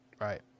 Right